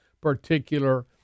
particular